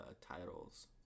titles